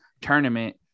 tournament